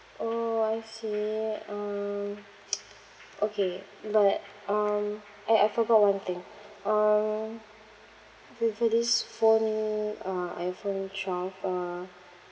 orh I see um okay but um eh I forgot one thing um whether this phone uh iphone twelve uh